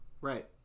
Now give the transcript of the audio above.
right